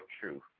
truth